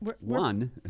one